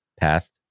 past